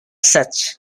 such